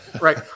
right